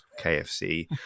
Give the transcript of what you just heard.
KFC